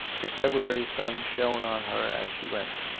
the february sun shone on her as she went,